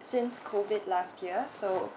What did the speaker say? since COVID last year so